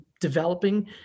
developing